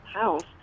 house